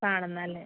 കാണുന്നത് അല്ലേ